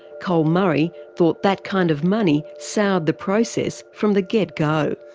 col murray thought that kind of money soured the process from the get go.